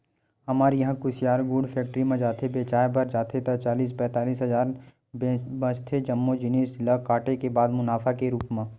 हमर इहां कुसियार गुड़ फेक्टरी म जाथे बेंचाय बर जाथे ता चालीस पैतालिस हजार बचथे जम्मो जिनिस ल काटे के बाद मुनाफा के रुप म